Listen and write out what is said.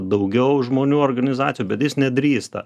daugiau žmonių organizacijų bet jis nedrįsta